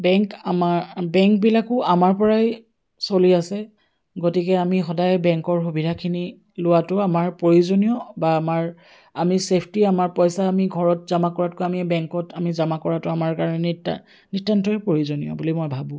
bank আমাৰ বেংকবিলাকো আমাৰ পৰাই চলি আছে গতিকে আমি সদায় বেংকৰ সুবিধাখিনি লোৱাটো আমাৰ প্ৰয়োজনীয় বা আমাৰ আমি ছেফটি আমাৰ পইচা আমি ঘৰত জামা কৰাটো আমি বেংকত আমি জামা কৰাটো আমাৰ কাৰণে নিতান্তই প্ৰয়োজনীয় বুলি মই ভাবোঁ